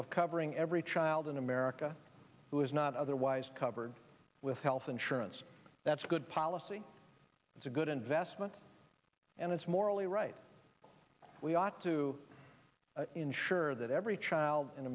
of covering every child in america who is not otherwise covered with health insurance that's good policy it's a good investment and it's morally right we ought to ensure that every child in